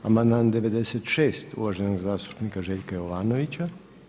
Amandman 96. uvaženog zastupnika Željka Jovanovića.